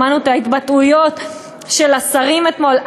שמענו את ההתבטאויות של השרים אתמול.